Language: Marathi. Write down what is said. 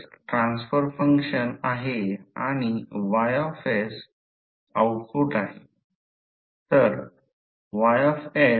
जर उदाहरणार्थ मी हे कंडक्टर पकडले आहे हे कॉइल अशाप्रकारे पकडले असेल तर ही फ्लक्स पाथची दिशा असेल